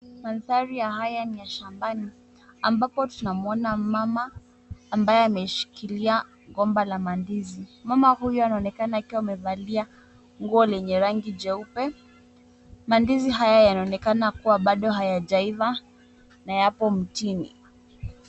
Mandhari haya ni ya shambani ambapo tunamuona mama ambaye ameshikilia gomba la mandizi, mama huyu anaonekana akiwa amevalia nguo yenye rangi nyeupe. Mandizi haya yanaonekana kuwa nado hayajaiva na yako mtini.